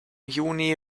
juni